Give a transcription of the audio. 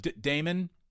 Damon